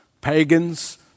Pagans